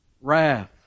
wrath